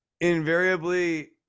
invariably